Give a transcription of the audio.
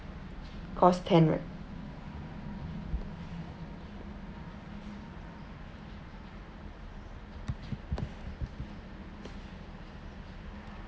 because ten right